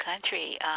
country